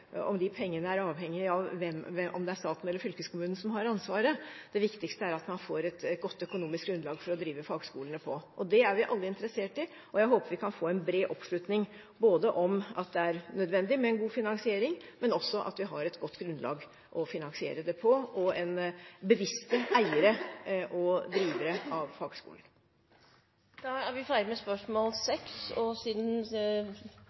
staten eller fylkeskommunen som har ansvaret for de pengene. Det viktigste er at man får et godt økonomisk grunnlag for å drive fagskolene. Det er vi alle interessert i. Jeg håper vi kan få en bred oppslutning både om at det er nødvendig med en god finansiering, at vi har et godt grunnlag å finansiere det på, og at vi har bevisste eiere og drivere av fagskolene. Da er vi ferdig med spørsmål